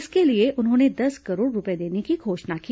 इसके लिए उन्होंने दस करोड़ रूपये देने की घोषणा की